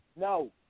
no